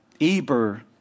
Eber